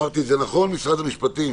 משרד המשפטים,